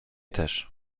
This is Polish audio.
też